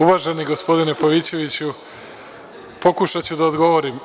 Uvaženi gospodine Pavićeviću, pokušaću da odgovorim.